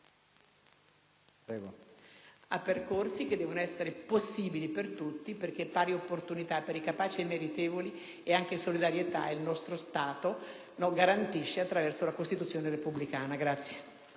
a percorsi che devono essere possibili per tutti, perché pari opportunità per i capaci e meritevoli e anche solidarietà il nostro Stato li garantisce attraverso la Costituzione repubblicana.